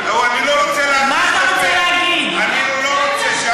לא, אני לא רוצה להגיד, אני לא רוצה.